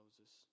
Moses